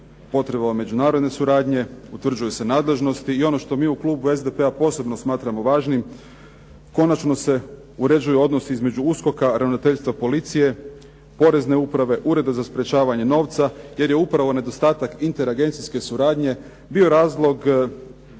potrebama međunarodne suradnje, utvrđuju se nadležnosti i ono što mi u klubu SDP-a posebno smatramo važnim, konačno se uređuju odnosi između USKOK-a, ravnateljstva policije, porezne uprave, ureda za sprečavanje novca, jer je upravo nedostatak interagencijske suradnje bio razlog